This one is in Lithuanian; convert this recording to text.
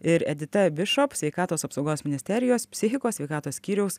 ir edita bišop sveikatos apsaugos ministerijos psichikos sveikatos skyriaus